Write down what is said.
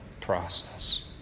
process